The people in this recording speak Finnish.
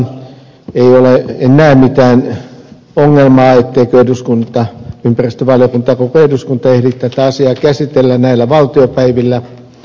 ei ole enää mitään ongelmaa etteikö eduskunta ympäristövaliokunta ja koko eduskunta ehdi tätä asiaa käsitellä näillä valtiopäivillä